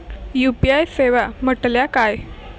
UPI सेवा म्हटल्या काय?